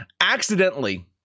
Accidentally